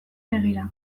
begira